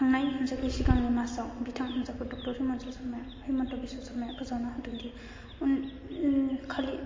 थांनाय जेखौ सिगांनि मासआव बिथां जेखौ डक्ट'र हिमन्त' बिश्व' सर्माया फोसावना होदोंखि खालि